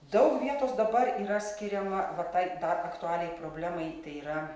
daug vietos dabar yra skiriama va tai dar aktualiai problemai tai yra